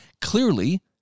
clearly